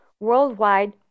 Worldwide